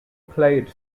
played